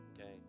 okay